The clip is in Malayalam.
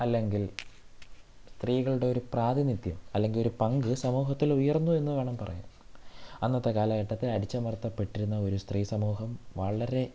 അല്ലെങ്കിൽ സ്ത്രീകളുടെ ഒരു പ്രാതിനിധ്യം അല്ലെങ്കിൽ ഒരു പങ്ക് സമൂഹത്തിൽ ഉയർന്നു എന്ന് വേണം പറയാൻ അന്നത്തെ കാലഘട്ടത്തിൽ അടിച്ചമർത്തപ്പെട്ടിരുന്ന ഒരു സ്ത്രീ സമൂഹം വളരെ